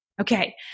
Okay